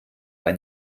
bei